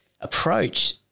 approach